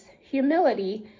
humility